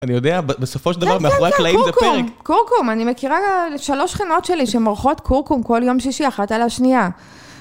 אני יודע, בסופו של דבר, כן, כן, כן, קורקום. קורקום, אני מכירה שלוש חנות שלי שמורחות קורקום כל יום שישי, אחת על השנייה.